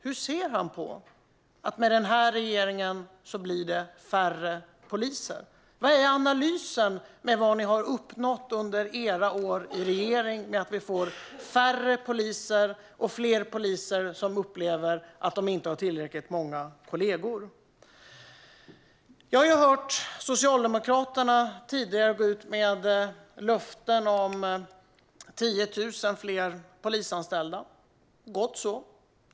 Hur ser han på att det i och med den här regeringen blir färre poliser? Vilken analys har ni av vad ni har uppnått under era år i regeringsställning då vi i Sverige har fått färre poliser och det samtidigt har blivit fler poliser som upplever att de inte har tillräckligt många kollegor? Jag har hört att Socialdemokraterna tidigare har gått ut med löften om 10 000 fler polisanställda. Gott så.